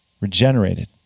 regenerated